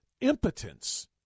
impotence